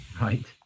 right